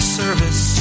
service